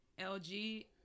LG